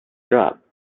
drop